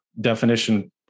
definition